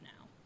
now